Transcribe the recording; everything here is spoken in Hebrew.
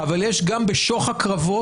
אבל יש גם את שוך הקרבות.